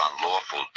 unlawful